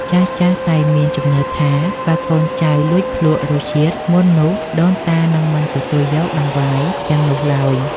ចាស់ៗតែងមានជំនឿថា បើកូនចៅលួចភ្លក្សរសជាតិមុននោះដូនតានឹងមិនទទួលយកដង្វាយទាំងនោះឡើយ។